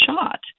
shot